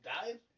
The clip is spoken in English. died